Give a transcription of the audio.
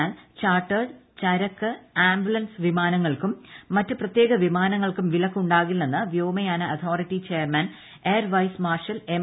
എന്നാൽ ചാർട്ടേഡ് ചരക്ക് ആംബുലൻസ് വിമാനങ്ങൾക്കും മറ്റ് പ്രത്യേക വിമാനങ്ങൾക്കും വിലക്കുണ്ടാവില്ലെന്ന് വ്യോമയാന authority chairman air vice marshal M